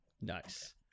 Nice